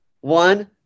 one